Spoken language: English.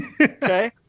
Okay